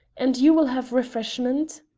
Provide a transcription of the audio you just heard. and you will have refreshment?